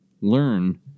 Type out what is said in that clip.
learn